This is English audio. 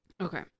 Okay